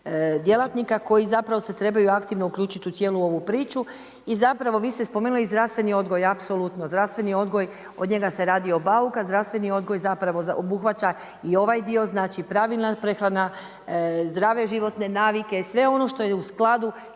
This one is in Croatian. djelatnika, koji zapravo se trebaju aktivno uključiti u cijelu ovu priču i zapravo, vi ste spomenuli zdravstveni odgoj, apsolutno, zdravstveni odgoj, od njega se radio bauk, a zdravstveni odgoj zapravo obuhvaća i ovaj dio, znači pravilna prehrana, zdrave životne navike, sve ono što je u skladu